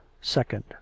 second